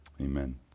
Amen